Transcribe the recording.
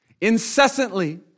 incessantly